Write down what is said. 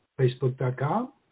facebook.com